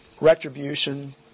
retribution